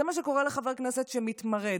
זה מה שקורה לחבר הכנסת שמתמרד.